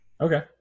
okay